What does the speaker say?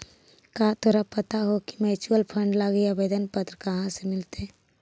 का तोरा पता हो की म्यूचूअल फंड लागी आवेदन पत्र कहाँ से मिलतई?